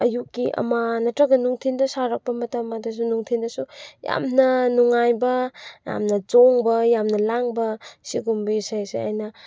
ꯑꯌꯨꯛꯀꯤ ꯑꯃ ꯅꯠꯇ꯭ꯔꯒ ꯅꯨꯡꯊꯤꯜꯗ ꯁꯥꯔꯛꯄ ꯃꯇꯝ ꯑꯗꯨꯁꯨ ꯅꯨꯡꯊꯤꯜꯗꯁꯨ ꯌꯥꯝꯅ ꯅꯨꯡꯉꯥꯏꯕ ꯌꯥꯝꯅ ꯆꯣꯡꯕ ꯌꯥꯝꯅ ꯂꯥꯡꯕ ꯁꯤꯒꯨꯝꯕ ꯏꯁꯩꯁꯦ ꯑꯩꯅ